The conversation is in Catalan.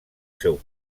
seu